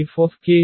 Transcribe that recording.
కాబట్టి FkukF